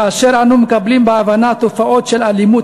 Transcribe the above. כאשר אנו מקבלים בהבנה תופעות של אלימות